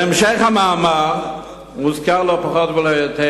בהמשך המאמר מוזכר, לא פחות ולא יותר,